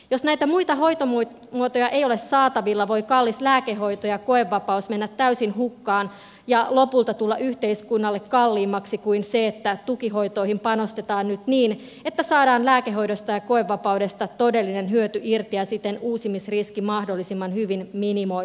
jos näitä muita hoitomuotoja ei ole saatavilla voi kallis lääkehoito ja koevapaus mennä täysin hukkaan ja lopulta tulla yhteiskunnalle kalliimmaksi kuin se että tukihoitoihin panostetaan nyt niin että saadaan lääkehoidosta ja koevapaudesta todellinen hyöty irti ja siten uusimisriski mahdollisimman hyvin minimoitua